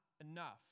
enough